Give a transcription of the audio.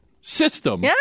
system